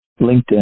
LinkedIn